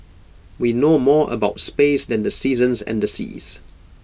we know more about space than the seasons and the seas